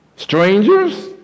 Strangers